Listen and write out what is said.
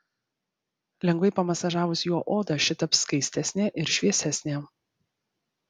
lengvai pamasažavus juo odą ši taps skaistesnė ir šviesesnė